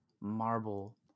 marble